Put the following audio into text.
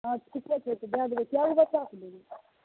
हॅं ठीके छै तऽ दए देबै कए गो बच्चाक लेबै